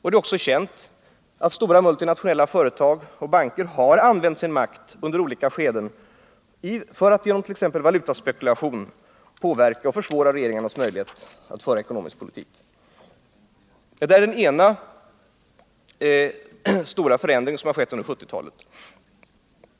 Det är också känt att stora multinationella företag och banker har använt sin makt under olika skeden för att genom valutaspekulation försvåra regeringarnas möjligheter att föra en ekonomisk politik. Detta är en av de stora förändringar som har inträffat under 1970-talet.